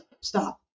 stop